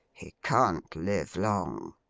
he can't live long